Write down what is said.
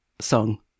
song